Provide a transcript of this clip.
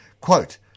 Quote